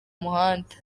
muhanda